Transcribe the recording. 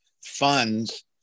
funds